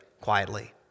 quietly